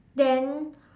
then